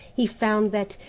he found that,